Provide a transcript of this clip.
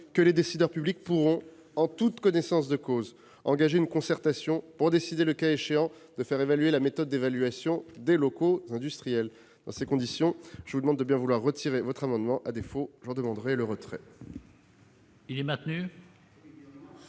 que les décideurs publics pourront, en toute connaissance de cause, engager une concertation pour décider, le cas échéant, de faire évoluer la méthode d'évaluation des locaux industriels. Dans ces conditions, je vous demande de bien vouloir retirer l'amendement n° II-745, monsieur le rapporteur